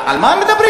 על מה מדברים?